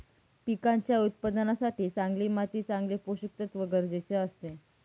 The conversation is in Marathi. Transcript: पिकांच्या उत्पादनासाठी चांगली माती चांगले पोषकतत्व गरजेचे असते